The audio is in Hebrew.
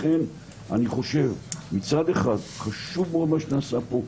לכן מצד אחד, חשוב מאוד מה שנעשה פה.